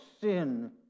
sin